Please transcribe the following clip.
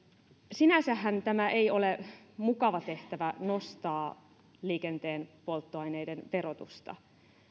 sinänsähän tämä ei ole mukava tehtävä nostaa liikenteen polttoaineiden verotusta